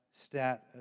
stat